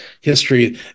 history